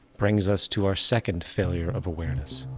brings us to our second failure of awareness.